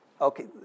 okay